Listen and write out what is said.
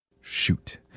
Shoot